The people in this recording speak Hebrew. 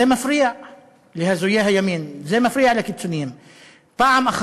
זה מפריע להזויי הימין, זה מפריע לקיצונים.